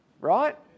right